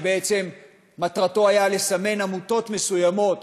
שבעצם מטרתו הייתה לסמן עמותות מסוימות,